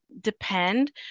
depend